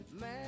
Man